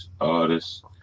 artists